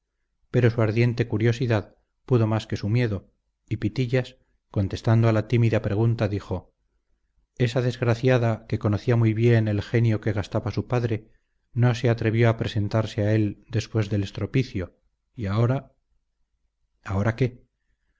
pero su ardiente curiosidad pudo más que su miedo y pitillas contestando a la tímida pregunta dijo esa desgraciada que conocía muy bien el genio que gastaba su padre no se atrevió a presentarse a él después del estropicio y ahora ahora qué